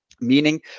meaning